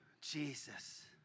Jesus